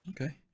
Okay